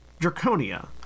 Draconia